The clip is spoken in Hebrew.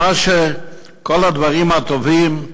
כל הדברים הטובים,